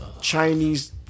Chinese